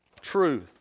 truth